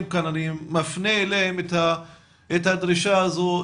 כאן אני מפנה אליהם את הדרישה הזו.